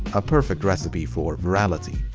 a perfect recipe for virality.